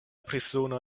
prizono